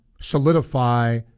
solidify